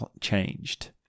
changed